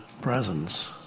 presence